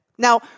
Now